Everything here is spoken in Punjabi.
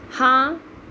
ਹਾਂ